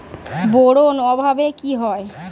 Boron অভাবে কি হয়?